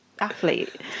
athlete